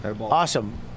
Awesome